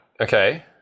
Okay